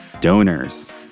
donors